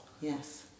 Yes